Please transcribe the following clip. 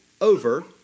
over